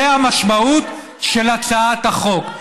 זו המשמעות של הצעת החוק.